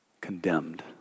condemned